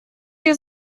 your